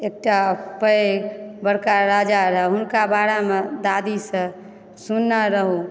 एकटा पैघ बड़का राजा रहए हुनका बारेमे दादीसंँ सुनने रहूँ